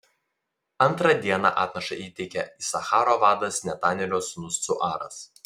antrą dieną atnašą įteikė isacharo vadas netanelio sūnus cuaras